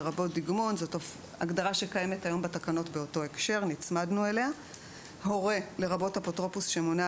לרבות דגמון; שמלאו לו 15 וטרם מלאו